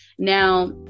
now